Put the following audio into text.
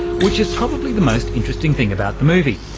which is probably the most interesting thing about the movie.